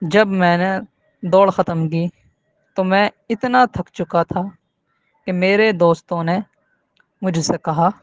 جب میں نے دوڑ ختم کی تو میں اتنا تھک چکا تھا کہ میرے دوستوں نے مجھ سے کہا